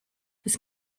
his